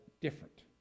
different